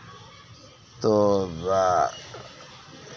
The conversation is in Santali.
ᱛᱳ